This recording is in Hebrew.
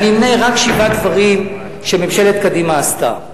אני אמנה רק שבעה דברים שממשלת קדימה עשתה.